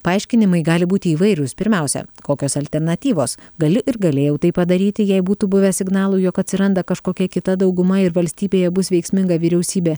paaiškinimai gali būti įvairūs pirmiausia kokios alternatyvos gali ir galėjau tai padaryti jei būtų buvę signalų jog atsiranda kažkokia kita dauguma ir valstybėje bus veiksminga vyriausybė